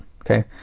okay